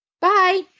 Bye